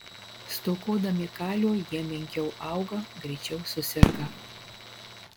stokodami kalio jie menkiau auga greičiau suserga